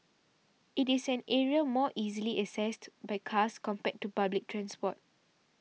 it is an area more easily accessed by cars compared to public transport